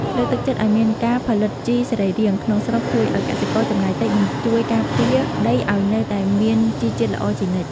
លើកទឹកចិត្តឱ្យមានការផលិតជីសរីរាង្គក្នុងស្រុកជួយឱ្យកសិករចំណាយតិច និង ជួយការពារដីឱ្យនៅតែមានជីជាតិល្អជានិច្ច។